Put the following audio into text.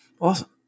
Awesome